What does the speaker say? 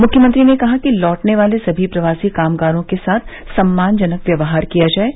मुख्यमंत्री ने कहा कि लौटने वाले सभी प्रवासी कामगारों के साथ सम्मानजनक व्यवहार किया जाये